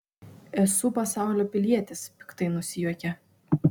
esu pasaulio pilietis piktai nusijuokė